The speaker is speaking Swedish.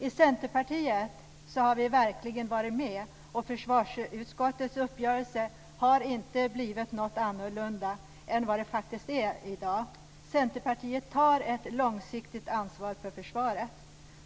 I Centerpartiet har vi kvinnor verkligen varit med, och försvarsutskottets uppgörelse har inte blivit något annorlunda än den som faktiskt är i dag. Centerpartiet tar ett långsiktigt ansvar för försvaret.